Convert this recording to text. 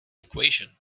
equation